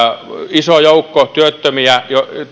iso joukko työttömiä